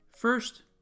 First